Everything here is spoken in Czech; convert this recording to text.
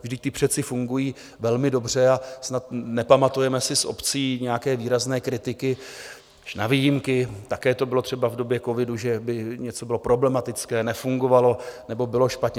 Vždyť ty přece fungují velmi dobře a snad nepamatujeme si z obcí nějaké výrazné kritiky až na výjimky, také to bylo třeba v době covidu že by něco bylo problematické, nefungovalo nebo bylo špatně.